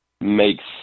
makes